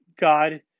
God